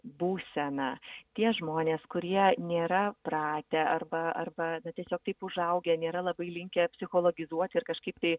būsena tie žmonės kurie nėra pratę arba arba tiesiog taip užaugę nėra labai linkę psichologizuoti ir kažkaip tai